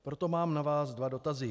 Proto mám na vás dva dotazy.